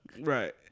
Right